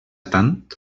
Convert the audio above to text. tant